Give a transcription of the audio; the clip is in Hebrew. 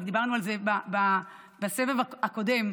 גם דיברנו על זה בסבב הקודם,